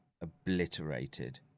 obliterated